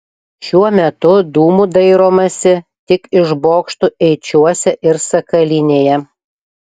šiuo metu dūmų dairomasi tik iš bokštų eičiuose ir sakalinėje